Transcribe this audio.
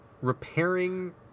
repairing